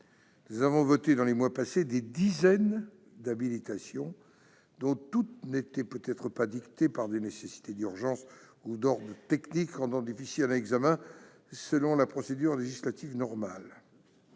Nous avons voté dans les mois passés des dizaines d'habilitations, dont toutes n'étaient peut-être pas dictées par des nécessités d'urgence ou d'ordre technique rendant difficile un examen selon la procédure législative normale.